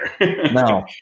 No